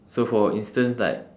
so for instance like